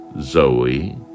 Zoe